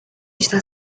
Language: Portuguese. está